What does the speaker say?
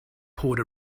poured